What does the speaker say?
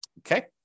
okay